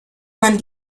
man